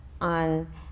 on